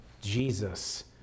Jesus